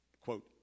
quote